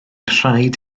rhaid